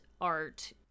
art